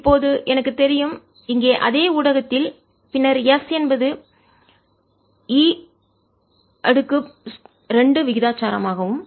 இப்போது எனக்குத் தெரியும் இங்கே அதே ஊடகத்தில் பின்னர் S என்பது E2 விகிதாசாரமாகும்